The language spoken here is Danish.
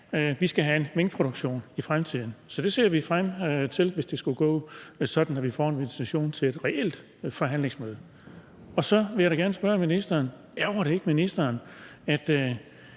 vi skal have en minkproduktion i fremtiden. Så det ser vi frem til, hvis det skulle gå sådan, at vi får en invitation til et reelt forhandlingsmøde. Så vil jeg gerne spørge ministeren: Ærgrer det ikke ministeren, at